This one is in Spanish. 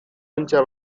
ancha